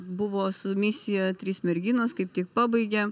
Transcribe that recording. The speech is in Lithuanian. buvo su misija trys merginos kaip tik pabaigė